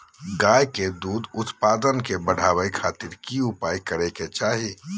गाय में दूध उत्पादन के बढ़ावे खातिर की उपाय करें कि चाही?